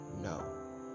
no